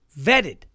vetted